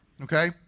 okay